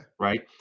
right